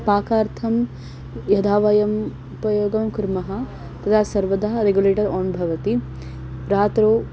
पाकार्थं यदा वयम् उपयोगं कुर्मः तदा सर्वदा रेगुलेटर् आन् भवति रात्रौ